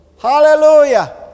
Hallelujah